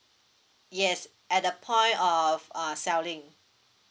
yes at the point of uh selling